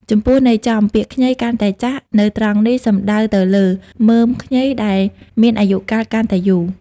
ចំពោះន័យចំ ពាក្យ ខ្ញីកាន់តែចាស់ នៅត្រង់នេះសំដៅទៅលើ មើមខ្ញីដែលមានអាយុកាលកាន់តែយូរ។